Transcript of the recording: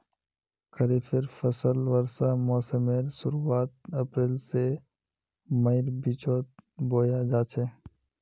खरिफेर फसल वर्षा मोसमेर शुरुआत अप्रैल से मईर बिचोत बोया जाछे